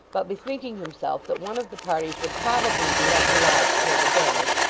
but bethinking himself that one of the parties would probably be left alive to pay the damage,